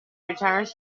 returned